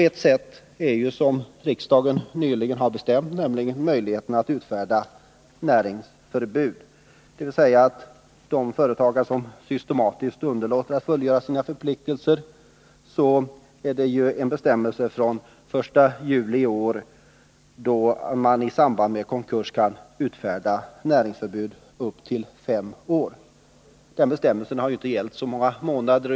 Ett sätt som riksdagen nyligen fattade beslut om — beslutet trädde i kraft den 1 juli i år — är möjligheten att i samband med konkurs utfärda näringsförbud på upp till fem år för företagare som systematiskt underlåter att fullgöra sina förpliktelser. Den bestämmelsen har alltså inte gällt så många månader.